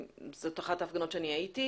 זאת אחת ההפגנות שאני הייתי,